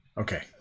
Okay